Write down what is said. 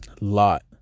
lot